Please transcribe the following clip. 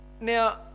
now